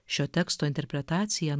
šio teksto interpretacija